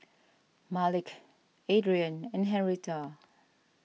Malik Adriene and Henretta